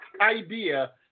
idea